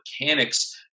mechanics